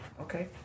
okay